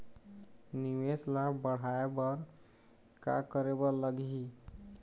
निवेश ला बढ़ाय बर का करे बर लगही?